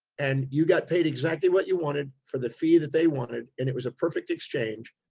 and you got paid exactly what you wanted for the fee that they wanted. and it was a perfect exchange.